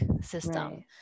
system